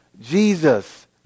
Jesus